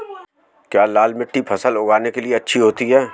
क्या लाल मिट्टी फसल उगाने के लिए अच्छी होती है?